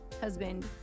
husband